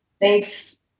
Thanks